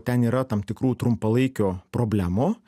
ten yra tam tikrų trumpalaikių problemų